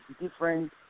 different